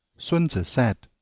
sun tzu said